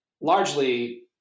largely